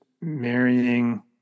marrying